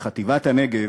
בחטיבת הנגב,